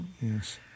yes